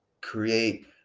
create